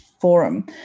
forum